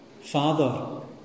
Father